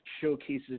showcases